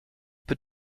peu